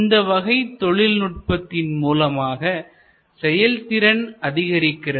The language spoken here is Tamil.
இந்த வகைதொழில் நுட்பத்தின் மூலமாக செயல்திறன் அதிகரிக்கிறது